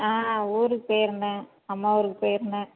ஆ ஊருக்கு போயிருந்தேன் அம்மா ஊருக்கு போயிருந்தேன்